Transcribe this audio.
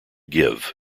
give